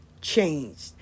changed